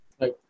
Right